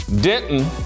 Denton